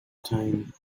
time